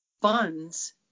funds